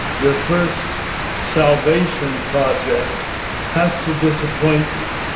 your first salvation project has to disappoint you,